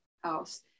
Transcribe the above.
house